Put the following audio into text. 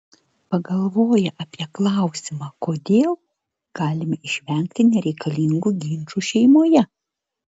pagalvoję apie klausimą kodėl galime išvengti nereikalingų ginčų šeimoje